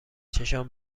چشام